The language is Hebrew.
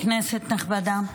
כנסת נכבדה,